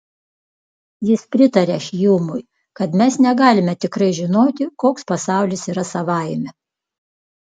jis pritaria hjumui kad mes negalime tikrai žinoti koks pasaulis yra savaime